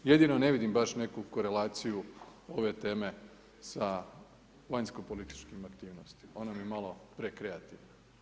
Jedino ne vidim baš neku korelaciju ove teme sa vanjskopolitičkim aktivnostima, ona mi je malo prekreativna.